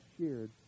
shared